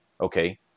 Okay